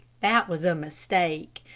that was a mistake.